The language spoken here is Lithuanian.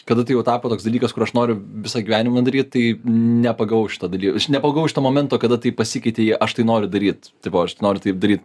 kada tai jau tapo toks dalykas kur aš noriu visą gyvenimą daryt tai ne pagal šitą daly aš nepagavau šito momento kada tai pasikeitė į aš tai noriu daryt tai buvo aš noriu taip daryt